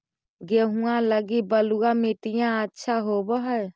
गेहुआ लगी बलुआ मिट्टियां अच्छा होव हैं?